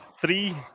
three